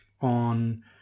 on